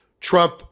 Trump